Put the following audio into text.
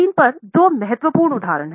screen पर दो महत्वपूर्ण उदाहरण हैं